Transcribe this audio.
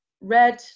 red